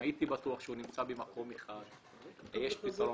אם הייתי בטוח שהוא נמצא במקום אחד אז יש פתרון.